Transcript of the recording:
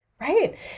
Right